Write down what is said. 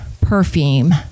perfume